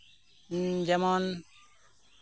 ᱩᱸ ᱡᱮᱢᱚᱱ